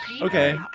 Okay